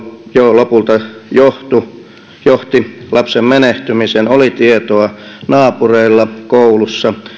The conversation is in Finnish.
lopulta johti lapsen menehtymiseen oli tietoa naapureilla koulussa